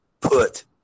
put